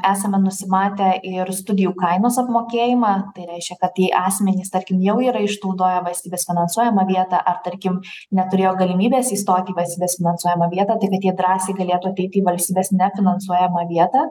esame nusimatę ir studijų kainos apmokėjimą tai reiškia kad tie asmenys tarkim jau yra išnaudoję valstybės finansuojamą vietą ar tarkim neturėjo galimybės įstoti į valstybės finansuojamą vietą tai kad jie drąsiai galėtų ateiti į valstybės nefinansuojamą vietą